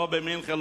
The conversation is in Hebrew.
לא במינכן,